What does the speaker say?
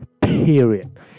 period